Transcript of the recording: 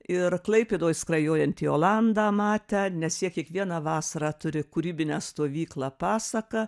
ir klaipėdoj skrajojantį olandą matę nes jie kiekvieną vasarą turi kūrybinę stovyklą pasaka